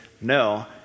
No